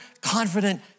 confident